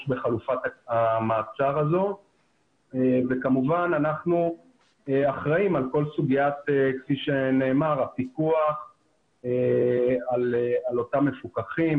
בחלופת המעצר וכמובן אנחנו אחראים על כל סוגיית הפיקוח על אותם מפוקחים,